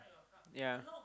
yeah